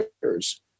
players